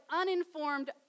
uninformed